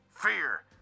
Fear